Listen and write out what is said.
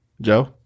Joe